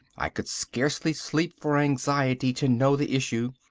i could scarcely sleep for anxiety to know the issue.